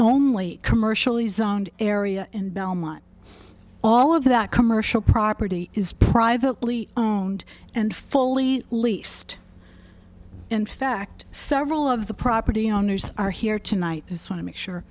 only commercially zoned area in belmont all of that commercial property is privately owned and fully least in fact several of the property owners are here tonight just want to make sure